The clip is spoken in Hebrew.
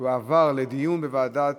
לוועדת